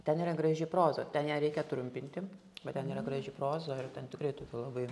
ten yra graži proza ten ją reikia trumpinti va ten yra graži proza ir ten tikrai tokių labai